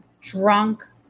drunk